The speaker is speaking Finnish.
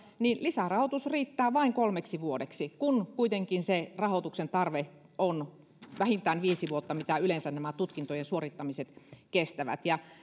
lisärahoitus riittää vain kolmeksi vuodeksi kun kuitenkin se rahoituksen tarve on vähintään viisi vuotta mitä yleensä nämä tutkintojen suorittamiset kestävät